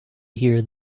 hear